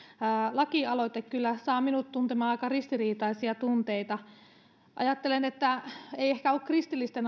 lakialoite kyllä saa minut tuntemaan aika ristiriitaisia tunteita ajattelen että ei ehkä ole kristillisten